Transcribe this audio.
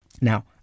Now